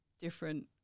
different